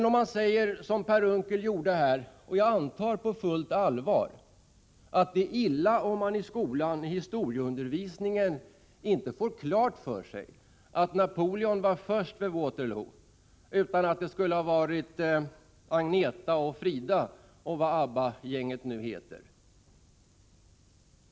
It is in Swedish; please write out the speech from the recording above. Om man säger som Per Unckel gjorde — och jag antar att det var på fullt allvar — att det är illa om man i historieundervisningen i skolan inte får klart för sig att Napoleon var först vid Waterloo och inte Agnetha och Frida, och vad ABBA-gänget nu heter.